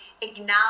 acknowledge